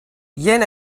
jen